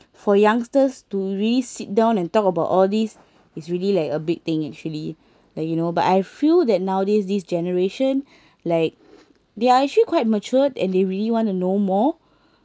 for youngsters to really sit down and talk about all these is really like a big thing actually like you know but I feel that nowadays this generation like they are actually quite matured and they really want to know more